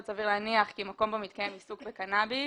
סביר להניח כי מקום בו מתקיים עיסוק בקנאביס